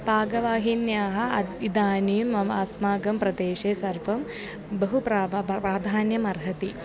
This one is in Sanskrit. पाकवाहिन्याः अत इदानीं मम अस्माकं प्रदेशे सर्वं बहु प्राधान्यम् अर्हति